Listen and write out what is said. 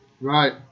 Right